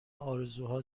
ارزوها